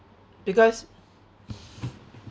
because